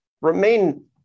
remain